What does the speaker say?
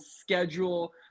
schedule